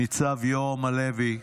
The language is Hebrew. ניצב יורם הלוי,